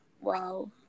wow